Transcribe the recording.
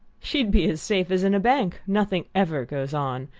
she'd be as safe as in a bank! nothing ever goes on!